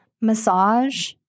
massage